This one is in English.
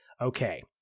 okay